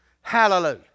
Hallelujah